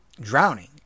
drowning